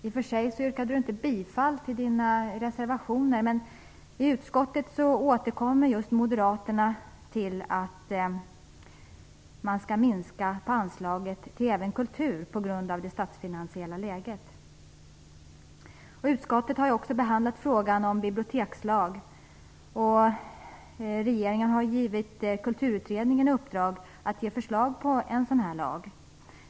I och för sig yrkade han inte bifall till den reservation som han skrivit under. Men i utskottet återkommer just Moderaterna till att anslaget skall minskas även när det gäller kultur på grund av det statsfinansiella läget. Utskottet har också behandlat frågan om en bibliotekslag, och regeringen har gett Kulturutredningen i uppdrag att komma med förslag till en sådan lag.